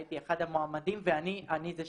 הייתי אחד המועמדים ואני זה שזכיתי.